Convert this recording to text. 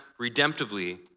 redemptively